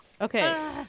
Okay